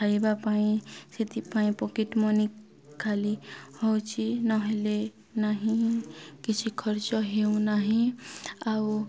ଖାଇବା ପାଇଁ ସେଥିପାଇଁ ପକେଟ ମନି ଖାଲି ହେଉଛି ନହେଲେ ନାହିଁ କିଛି ଖର୍ଚ୍ଚ ହେଉ ନାହିଁ ଆଉ